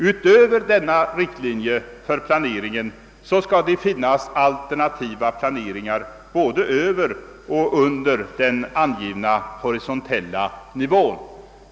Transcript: Utöver denna riktlinje för planeringen skall det finnas alternativa planeringar både över och under den angivna horisontella nivån.